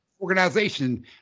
organization